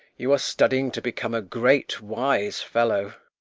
you are studying to become a great wise fellow.